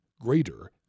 greater